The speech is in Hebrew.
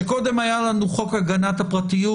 שקודם היה לנו חוק הגנת הפרטיות,